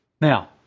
Now